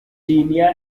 guiana